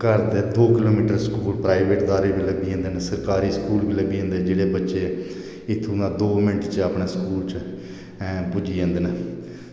घर दे दो किलोमीटर स्कूल प्राइवेट दारी बी लब्भी जन्दे न सरकारी स्कूल बी लब्भी जन्दे न जेह्ड़े बच्चे इत्थूं दा दो मिन्ट च अपने स्कूल च पुज्जी जन्दे न